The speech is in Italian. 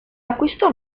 acquistò